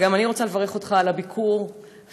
וגם אני רוצה לברך אותך על הביקור שלך,